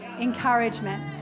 encouragement